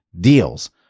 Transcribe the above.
deals